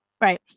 right